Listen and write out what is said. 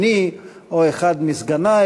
אני רק מזכיר,